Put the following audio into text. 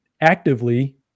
actively